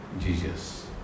Jesus